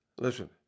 Listen